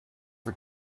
for